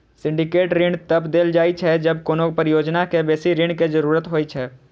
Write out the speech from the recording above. syndicate ऋण तब देल जाइ छै, जब कोनो परियोजना कें बेसी ऋण के जरूरत होइ छै